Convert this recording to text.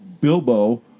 Bilbo